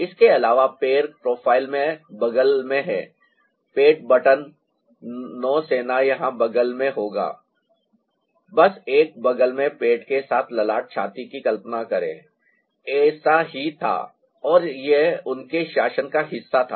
इसके अलावा पैर प्रोफ़ाइल में बग़ल में हैं पेट बटन नौसेना यहाँ बग़ल में होगा बस एक बग़ल में पेट के साथ ललाट छाती की कल्पना करें ऐसा ही था और यह उनके शासन का हिस्सा था